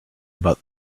about